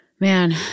Man